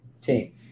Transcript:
team